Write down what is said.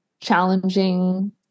challenging